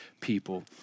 people